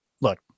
look